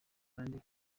kandi